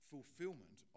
Fulfillment